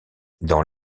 dans